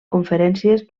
conferències